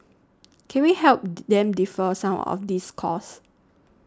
can we help them defer some of these costs